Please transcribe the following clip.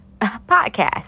podcast